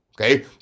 Okay